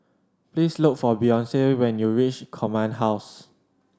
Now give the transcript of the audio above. please look for Beyonce when you reach Command House